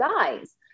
guys